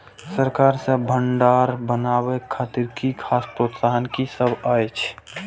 सरकार सँ भण्डार बनेवाक खातिर किछ खास प्रोत्साहन कि सब अइछ?